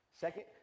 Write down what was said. Second